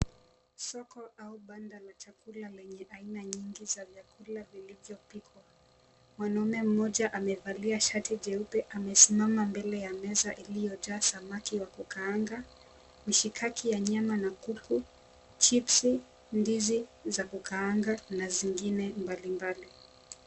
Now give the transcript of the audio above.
Soko au banda la chakula lenye aina nyingi za vyakula vilivyopikwa. Mwanamme mmoja amevalia shati jeupe amesimama mbele ya meza iliyojaa samaki wa kukaanga, mshikaki ya nyama na kuku, chipsi, ndizi za kukaanga na zingine mbalimbali.